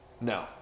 No